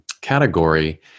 category